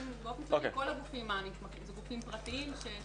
באופן כללי כל הגופים הנתמכים זה גופים פרטיים שהוקמו